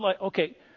okay